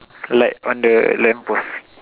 like on the lamp post